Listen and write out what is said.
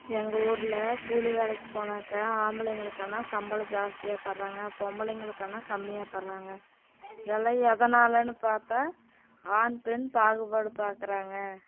எங்கள் ஊரில் கூலி வேலைக்கு போனாக்க ஆம்பளைங்களுக்கன்னால் சம்பளம் ஜாஸ்தியாக தராங்க பொம்பளைங்களுக்கன்னால் கம்மியாக தராங்க எல்லாம் எதனாலன்னு பார்த்தா ஆண் பெண் பாகுபாடு பார்க்குறாங்க